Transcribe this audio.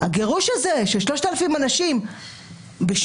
הגירוש הזה של 3,000 אנשים בשמנו?